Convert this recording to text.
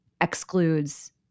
excludes